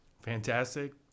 fantastic